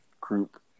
group